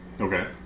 Okay